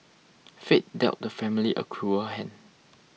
fate dealt the family a cruel hand